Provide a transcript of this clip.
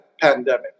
pandemic